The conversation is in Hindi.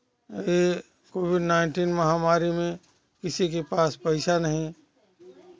कोविड नाइन्टीन महामारी में किसी के पास पैसा नहीं